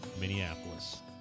minneapolis